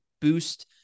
boost